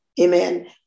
amen